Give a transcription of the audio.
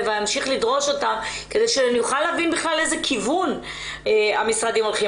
ואמשיך לדרוש אותם כדי שאוכל להבין בכלל לאיזה כיוון המשרדים הולכים.